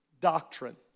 Doctrine